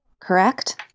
correct